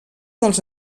dels